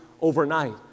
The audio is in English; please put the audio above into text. overnight